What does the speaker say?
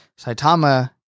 Saitama